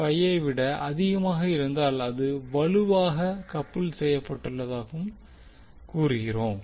5 ஐ விட அதிகமாக இருந்தால் அது வலுவாக கப்புள் செய்யப்பட்டுள்ளதாகவும் கூறுகிறோம்